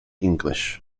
english